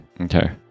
Okay